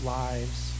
lives